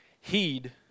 heed